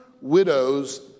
widows